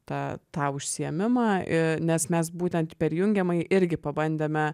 tą tą užsiėmimą i nes mes būtent per jungiamąjį irgi pabandėme